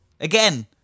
again